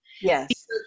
Yes